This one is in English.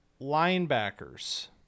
Linebackers